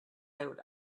out